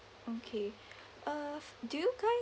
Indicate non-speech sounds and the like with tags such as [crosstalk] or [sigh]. okay [breath] uh do you guys